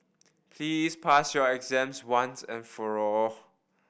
please pass your exams once and for all